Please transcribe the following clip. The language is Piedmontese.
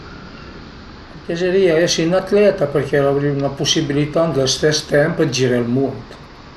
A m'piazerìa esi ën atleta perché avrìu la pusibilità de stes temp dë giré ël mund